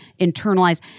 internalized